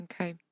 Okay